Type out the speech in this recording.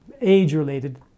age-related